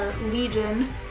Legion